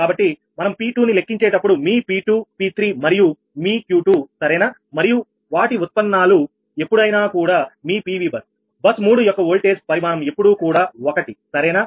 కాబట్టి మనం P2 ని లెక్కించేటప్పుడు మీ P2 P3 మరియు మీ Q2 సరేనా మరియు వాటి ఉత్పన్నాలు ఎప్పుడైనా కూడా మీ PV బస్ బస్ 3 మొక్క వోల్టేజ్ పరిమాణం ఎప్పుడూ కూడా 1 సరేనా